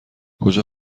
کجا